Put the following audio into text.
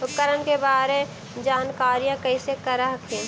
उपकरण के बारे जानकारीया कैसे कर हखिन?